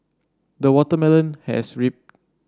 the watermelon has rip